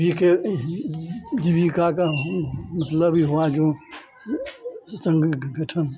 जी के जीविका का मतलब ई हुआ जो संगठन